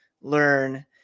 learn